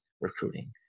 recruiting